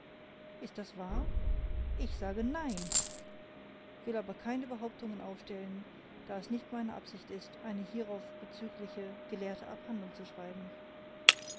ist das wahr ich sage nein will aber keine behauptungen aufstellen da es nicht meine absicht ist eine hierauf bezügliche gelehrte abhandlung zu schreiben